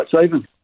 saving